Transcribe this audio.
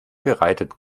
bereitet